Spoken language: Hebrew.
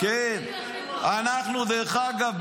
דרך אגב,